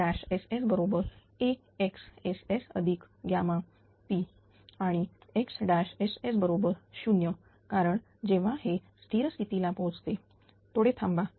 XSSAXSS୮p आणि XSS बरोबर 0 कारण जेव्हा हे स्थिर स्थिती ला पोहोचते थोडे थांबा